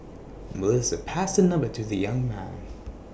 Melissa passed her number to the young man